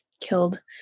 killed